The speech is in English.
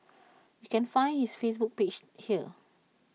you can find his Facebook page here